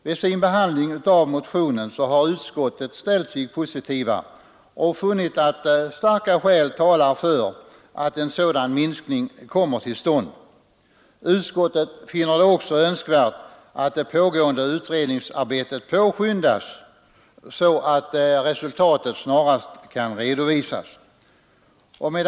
Vid sin behandling av motionen har utskottet ställt sig positivt och funnit att starka skäl talar för att en sådan minskning kommer till stånd. Utskottet finner det också önskvärt att det pågående utredningsarbetet påskyndas så att resultatet snarast kan redovisas.